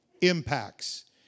impacts